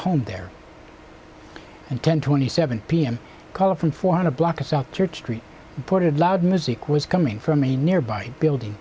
home there and ten twenty seven pm caller from four hundred block of south church street ported loud music was coming from a nearby building